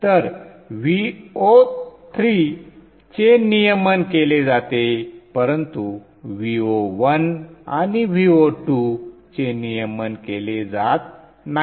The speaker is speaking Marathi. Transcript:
तर Vo3चे नियमन केले जाते परंतु Vo1आणि Vo2चे नियमन केले जात नाही